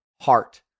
heart